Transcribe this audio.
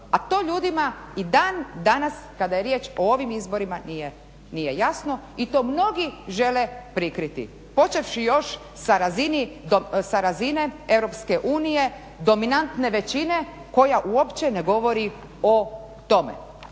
A to ljudima i dan danas kada je riječ o ovim izborima nije jasno i to mnogi žele prikriti počevši još sa razine Europske unije dominantne većine koja uopće ne govori o tome.